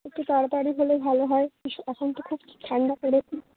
একটু তাড়াতাড়ি হলে ভালো হয় ভীষো এখন তো খুব ঠান্ডা পড়েছে